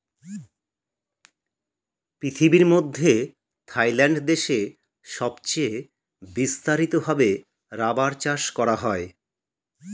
পৃথিবীর মধ্যে থাইল্যান্ড দেশে সবচে বিস্তারিত ভাবে রাবার চাষ করা হয়